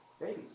Babies